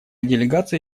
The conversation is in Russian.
делегация